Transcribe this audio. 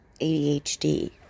ADHD